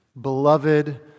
beloved